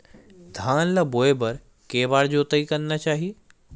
धान ल बोए बर के बार जोताई करना चाही?